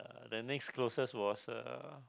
the next closest was uh